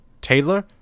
Taylor